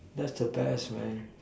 that the best man